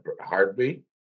heartbeat